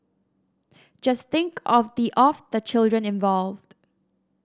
just think of the of the children involved